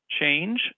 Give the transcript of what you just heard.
change